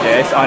Yes